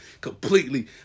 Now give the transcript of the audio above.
completely